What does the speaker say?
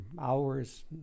hours